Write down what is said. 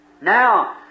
Now